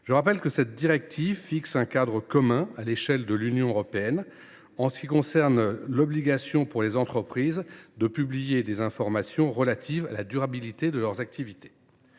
Je rappelle que ladite directive définit un cadre commun, à l’échelle de l’Union européenne, en ce qui concerne l’obligation pour les entreprises de publier des informations relatives à la durabilité de leurs activités.